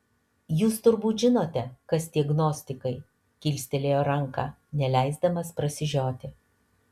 jūs turbūt žinote kas tie gnostikai kilstelėjo ranką neleisdamas prasižioti